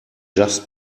just